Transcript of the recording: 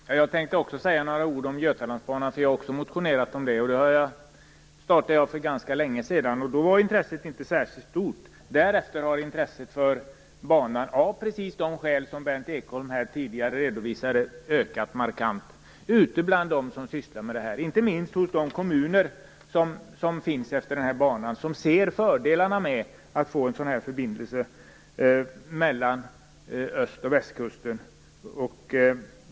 Fru talman! Jag tänkte också säga några ord om Götalandsbanan. Jag har nämligen också motionerat om den. Det började jag med för ganska länge sedan. Då var intresset inte särskilt stort. Därefter har intresset för banan, av precis de skäl som Berndt Ekholm här tidigare redovisade, ökat markant ute bland dem som sysslar med det här. Det har ökat inte minst hos de kommuner som finns utmed banan, som ser fördelarna med att få en förbindelse mellan öst och västkusten.